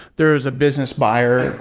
there is a business buyer.